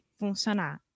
funcionar